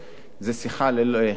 זו שיחת חינם,